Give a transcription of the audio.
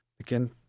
Again